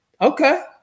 Okay